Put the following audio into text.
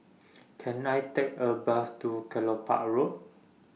Can I Take A Bus to Kelopak Road